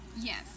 yes